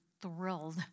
thrilled